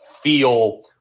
feel